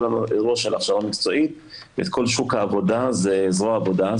האירוע של ההכשרה המקצועית ואת כל שוק העבודה זה זרוע העבודה,